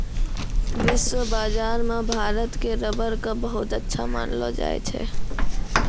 विश्व बाजार मॅ भारत के रबर कॅ बहुत अच्छा मानलो जाय छै